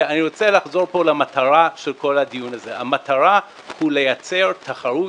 ואני רוצה לחזור פה למטרה של כל הדיון הזה: המטרה היא לייצר תחרות